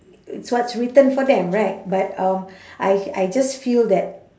it's what written for them right but um I I just feel that